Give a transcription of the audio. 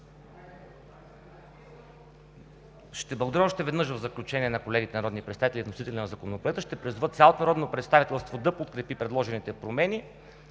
Ще благодаря още веднъж в заключение на колегите народни представители – вносители на Законопроекта, ще призова цялото народно представителство да подкрепи предложените промени.